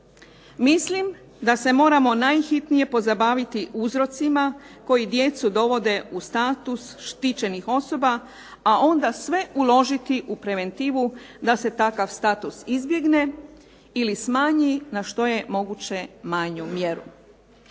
Mislim da se moramo najhitnije pozabaviti uzrocima koji djecu dovode u status štićenih osoba, a onda sve uložiti u preventivu da se takav status izbjegne ili smanji na što je moguće manju mjeru.